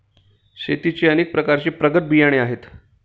शेतीचे अनेक प्रकारचे प्रगत बियाणे आहेत